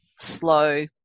slow